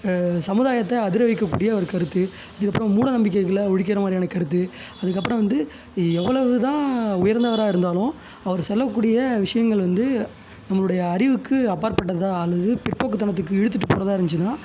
சமுதாயத்தை அதிர வைக்கக்கூடிய ஒரு கருத்து அதுக்கப்புறம் மூட நம்பிக்கைகளை ஒழிக்கிற மாதிரியான கருத்து அதுக்கப்புறம் வந்து இ எவ்வளோவு தான் உயர்ந்தவராக இருந்தாலும் அவர் சொல்லக்கூடிய விஷயங்கள் வந்து நம்மளுடைய அறிவுக்கு அப்பாற்பட்டது தான் அல்லது பிற்போக்கு தனத்துக்கு இழுத்துட்டு போகிறதா இருந்துச்சினா